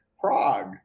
Prague